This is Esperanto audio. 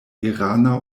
irana